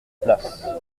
place